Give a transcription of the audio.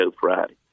Friday